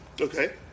okay